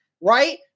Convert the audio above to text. right